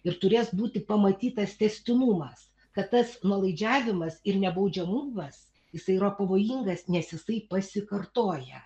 ir turės būti pamatytas tęstinumas kad tas nuolaidžiavimas ir nebaudžiamumas jisai yra pavojingas nes jisai pasikartoja